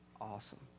awesome